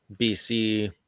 BC